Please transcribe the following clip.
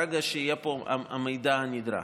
ברגע שיהיה פה המידע הנדרש.